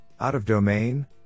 out-of-domain